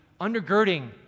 undergirding